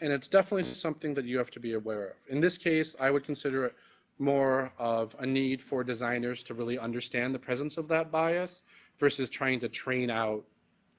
and it's definitely something that you have to be aware of. in this case, i would consider more of a need for designers to really understand the presence of that bias versus trying to train out